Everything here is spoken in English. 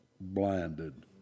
blinded